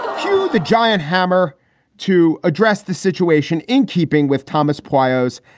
um ah the giant hammer to address the situation. in keeping with thomas pios,